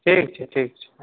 ठीक छै ठीक छै